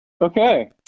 Okay